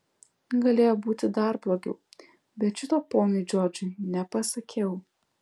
galėjo būti dar blogiau bet šito ponui džordžui nepasakiau